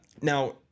Now